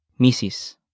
Mrs